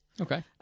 Okay